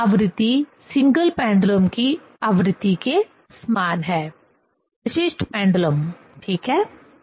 तो यह आवृत्ति सिंगल पेंडुलम की आवृत्ति के समान है विशिष्ट पेंडुलम ठीक है